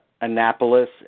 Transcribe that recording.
Annapolis